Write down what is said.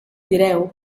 direu